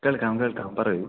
കേൾക്കാം കേൾക്കാം പറയൂ